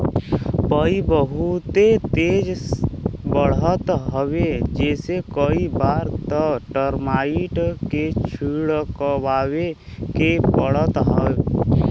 पई बहुते तेज बढ़त हवे जेसे कई बार त टर्माइट के छिड़कवावे के पड़त हौ